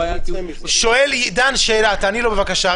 שואל עידן שאלה, תעני לו בבקשה.